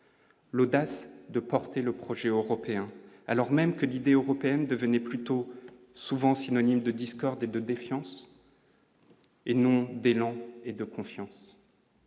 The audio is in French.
L'audace de porter le projet européen, alors même que l'idée européenne devenait plutôt souvent synonyme de discordes et de défiance et non des noms et de confiance.